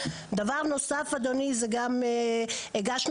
דבר נוסף, אדוני.